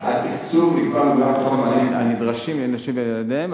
התקצוב שנקבע מגלם בתוכו את המענים הנדרשים הן לנשים והן לילדיהן.